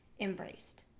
embraced